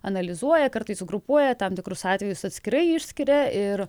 analizuoja kartais sugrupuoja tam tikrus atvejus atskirai išskiria ir